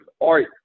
art